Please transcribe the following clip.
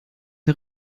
der